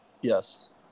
Yes